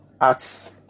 acts